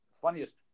funniest